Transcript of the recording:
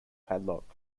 padlock